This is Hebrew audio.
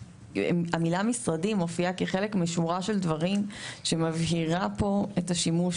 המילה "משרדים" מופיעה כחלק משורה של דברים שמבהירה פה אתה שימוש